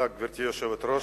גברתי היושבת-ראש,